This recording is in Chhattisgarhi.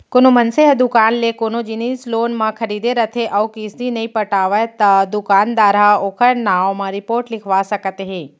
कोनो मनसे ह दुकान ले कोनो जिनिस लोन म खरीदे रथे अउ किस्ती नइ पटावय त दुकानदार ह ओखर नांव म रिपोट लिखवा सकत हे